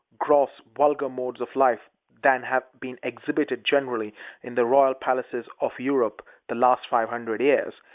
gross, vulgar modes of life than have been exhibited generally in the royal palaces of europe the last five hundred years.